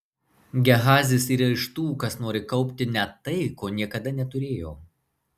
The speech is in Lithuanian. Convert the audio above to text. gehazis yra iš tų kas nori kaupti net tai ko niekada neturėjo